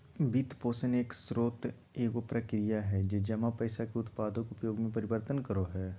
वित्तपोषण के स्रोत एगो प्रक्रिया हइ जे जमा पैसा के उत्पादक उपयोग में परिवर्तन करो हइ